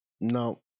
No